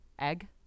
Egg